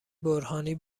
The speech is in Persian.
برهانی